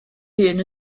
hun